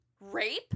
rape